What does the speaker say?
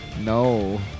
No